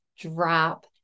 drop